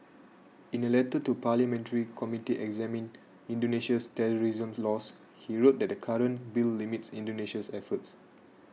in a letter to parliamentary committee examining Indonesia's terrorism laws he wrote that the current bill limits Indonesia's efforts